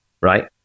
right